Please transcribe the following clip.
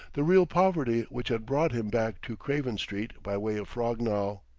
the real poverty which had brought him back to craven street by way of frognall.